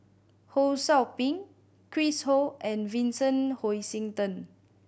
Ho Sou Ping Chris Ho and Vincent Hoisington